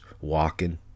walking